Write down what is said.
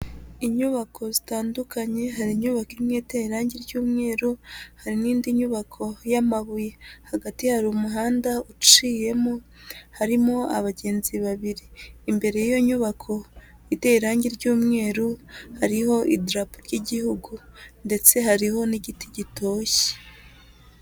Inyubako zitandukanye, hari inyubako imwe iteye irangi ry'umweru hari n'indi nyubako y'amabuye. Hagati hari umuhanda uciyemo, harimo abagenzi babiri. Imbere y'iyo nyubako iteye irangi ry'umweru, hari idarapo ry'igihugu ndetse hari n'igiti gitoshye.